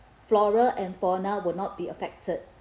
flora and fauna will not be affected